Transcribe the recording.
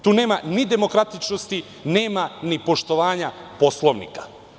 Tu nema ni demokratičnosti, ni poštovanja Poslovnika.